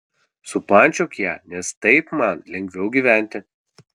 supančiok ją nes taip man lengviau gyventi